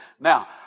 Now